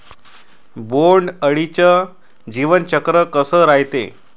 बोंड अळीचं जीवनचक्र कस रायते?